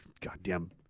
Goddamn